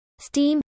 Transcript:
steam